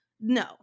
No